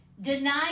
denied